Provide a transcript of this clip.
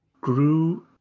grew